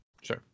Sure